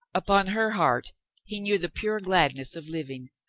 upon her heart he knew the pure gladness of living,